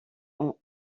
ont